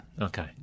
Okay